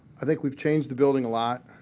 i think we've changed the building a lot.